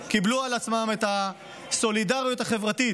קיבלו על עצמן את הסולידריות החברתית